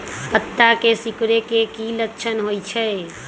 पत्ता के सिकुड़े के की लक्षण होइ छइ?